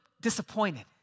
disappointed